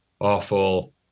awful